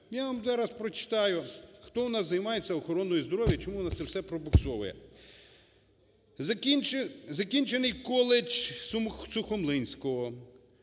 Я вам зараз прочитаю, хто у нас займається охороною здоров'я і чому у нас це все пробуксовує. Закінчений коледж Сухомлинського,